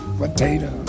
potato